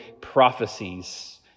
prophecies